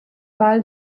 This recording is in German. wahl